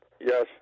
yes